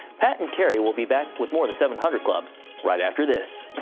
pat and terry will be back with more seven hundred club right after this.